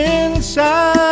inside